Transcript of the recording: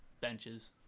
benches